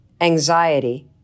anxiety